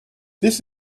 this